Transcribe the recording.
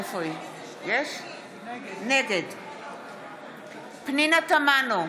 נגד פנינה תמנו,